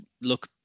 look